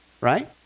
right